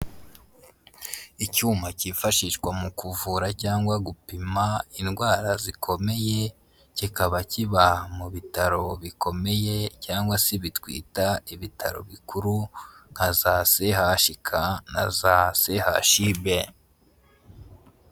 Icyuma cyifashishwa mu kuvura cyangwa gupima indwara zikomeye kikaba kiba mu bitaro bikomeye cyangwa se bitwita ibitaro bikuru nka za se hashika na za se hashibe.